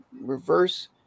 reverse